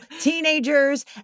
teenagers